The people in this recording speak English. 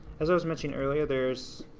as i was mentioning earlier, there's